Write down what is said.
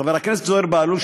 חבר הכנסת זוהיר בהלול,